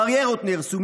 קריירות נהרסו,